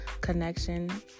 connection